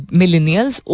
millennials